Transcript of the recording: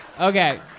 Okay